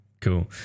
cool